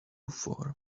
four